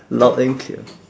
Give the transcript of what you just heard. loud and clear